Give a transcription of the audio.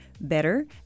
better